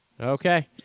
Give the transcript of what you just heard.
okay